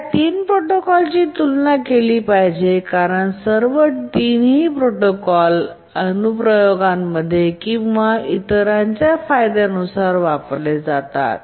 या 3 प्रोटोकॉलची तुलना केली पाहिजे कारण सर्व 3 प्रोटोकॉल काही अनुप्रयोगांमध्ये किंवा इतरांच्या फायद्यांनुसार वापरले जातात